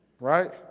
Right